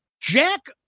Jack